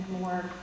more